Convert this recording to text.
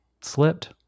slipped